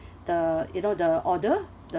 the you know the order the